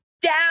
down